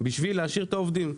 בשביל להשאיר את העובדים.